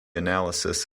analysis